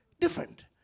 Different